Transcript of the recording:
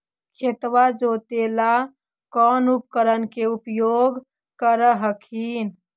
खेतबा जोते ला कौन उपकरण के उपयोग कर हखिन?